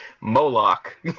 Moloch